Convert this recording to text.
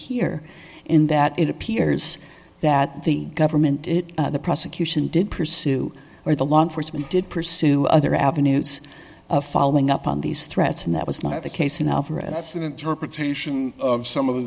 here in that it appears that the government it the prosecution did pursue well the law enforcement did pursue other avenues of following up on these threats and that was not the case in alfredsson interpretation of some of the